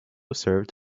served